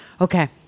Okay